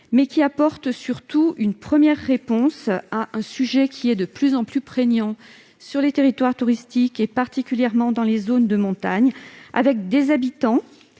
et elle apporte une première réponse à un sujet qui est de plus en plus prégnant sur les territoires touristiques, particulièrement dans les zones de montagne : les habitants,